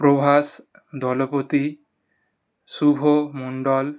প্রভাস দলপতি শুভ মণ্ডল